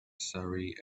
surrey